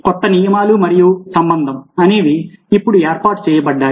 కొత్త నియమాలు మరియు సంబంధం అనేవి ఇప్పుడు ఏర్పాటు చేయబడ్డాయి